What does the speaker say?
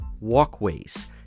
walkways